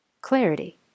clarity